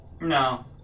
no